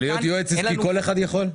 להיות יועץ עסקי כל אחד יכול?